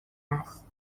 است